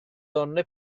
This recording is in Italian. donne